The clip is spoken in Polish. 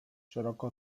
szeroko